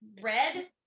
red